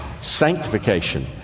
Sanctification